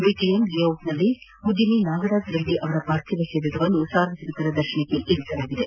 BTM layout ನಲ್ಲಿ ಉದ್ಯಮಿ ನಾಗರಾಜ ರೆಡ್ಡಿ ಅವರ ಪಾರ್ಥಿವ ಶರೀರವನ್ನು ಸಾರ್ವಜನಿಕರ ದರ್ಶನಕ್ಕೆ ವ್ಯವಸ್ಥೆ ಮಾಡಲಾಗಿದೆ